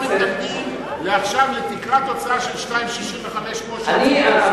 מתכוונים לתקרת הוצאה של 2.65% כל שנה,